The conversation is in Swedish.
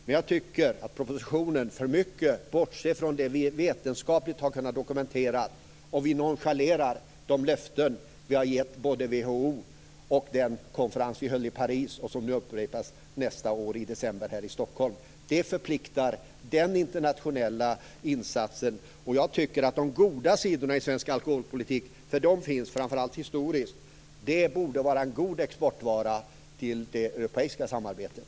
Men jag tycker att man i propositionen bortser för mycket från det som vi vetenskapligt har kunnat dokumentera. Vi nonchalerar nu de löften vi har gett både WHO och vid den konferens vi höll i Paris. Konferensen upprepas nästa år i december här i Stockholm. Den internationella insatsen förpliktar. Jag tycker att de goda sidorna i svensk alkoholpolitik - för de finns, framför allt historiskt - borde vara en god exportvara till det europeiska samarbetet.